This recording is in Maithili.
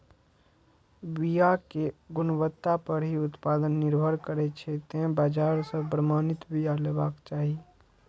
बिया केर गुणवत्ता पर ही उत्पादन निर्भर करै छै, तें बाजार सं प्रमाणित बिया लेबाक चाही